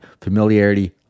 familiarity